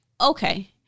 okay